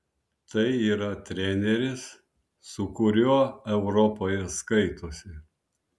tai yra treneris su kuriuo europoje skaitosi